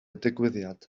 digwyddiad